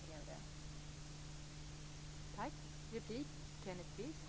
I dag behövs det verkligen.